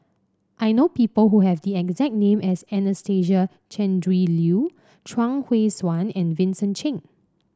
I know people who have the exact name as Anastasia Tjendri Liew Chuang Hui Tsuan and Vincent Cheng